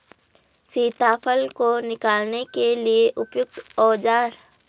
सीताफल को निकालने के लिए उपयुक्त औज़ार?